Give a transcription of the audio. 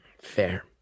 Fair